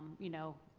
you know,